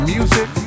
Music